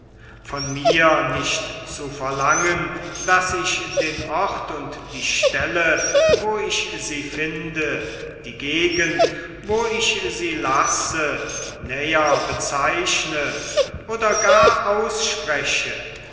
von mir nicht zu verlangen daß ich den ort und die stelle wo ich sie finde die gegend wo ich sie lasse näher bezeichne oder gar ausspreche